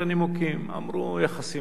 אמרו: היחסים עם טורקיה,